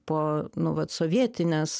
po nu vat sovietinės